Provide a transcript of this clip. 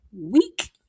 week